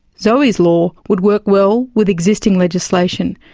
zoe's law would work well with existing legislation,